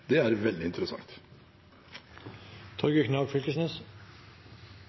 Det er veldig interessant.